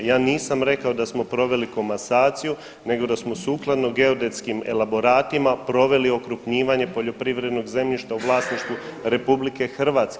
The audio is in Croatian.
Ja nisam rekao da smo proveli komasaciju, nego da smo sukladno geodetskim elaboratima proveli okrupnjivanje poljoprivrednog zemljišta u vlasništvu Republike Hrvatske.